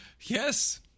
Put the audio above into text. Yes